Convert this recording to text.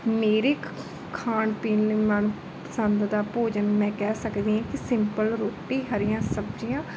ਮੇਰੇ ਖਾਣ ਪੀਣ ਦੇ ਮਨਪਸੰਦ ਦਾ ਭੋਜਨ ਮੈਂ ਕਹਿ ਸਕਦੀ ਹਾਂ ਕਿ ਸਿੰਪਲ ਰੋਟੀ ਹਰੀਆਂ ਸਬਜ਼ੀਆਂ